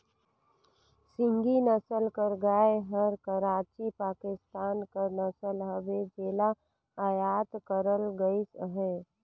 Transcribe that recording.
सिंघी नसल कर गाय हर कराची, पाकिस्तान कर नसल हवे जेला अयात करल गइस अहे